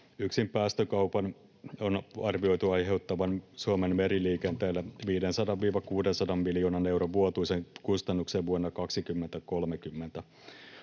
Yksin päästökaupan on arvioitu aiheuttavan Suomen meriliikenteelle 500—600 miljoonan euron vuotuisen kustannuksen vuonna 2030.